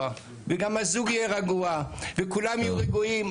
וגם הזוג יהיה רגוע וכולם יהיו רגועים,